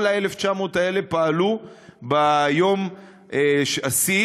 כל ה-1,900 האלה פעלו ביום השיא,